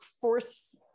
force